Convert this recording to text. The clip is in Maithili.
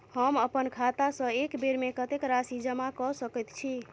हम अप्पन खाता सँ एक बेर मे कत्तेक राशि जमा कऽ सकैत छी?